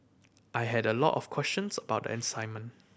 I had a lot of questions about assignment